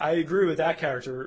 i agree with that character